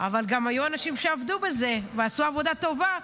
אבל היו גם אנשים שעבדו בזה ועשו עבודה טובה.